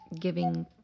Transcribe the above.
giving